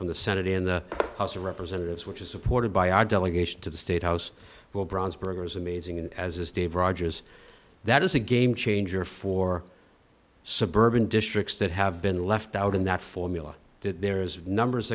from the senate in the house of representatives which is supported by our delegation to the state house while brownsburg was amazing as is dave rogers that is a game changer for suburban districts that have been left out in that formula there is numbers